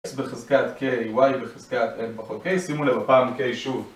S בחזקת K, Y בחזקת N-K, שימו הפעם K שוב